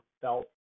felt